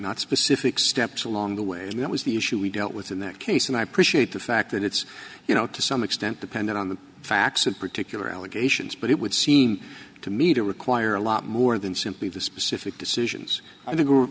not specific steps along the way and that was the issue we dealt with in that case and i appreciate the fact that it's you know to some extent depending on the facts and particular allegations but it would seem to me to require a lot more than simply the specific decisions i think where